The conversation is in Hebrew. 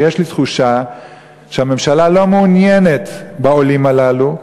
ויש לי תחושה שהממשלה לא מעוניינת בעולים הללו,